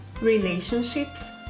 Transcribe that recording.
relationships